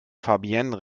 fabienne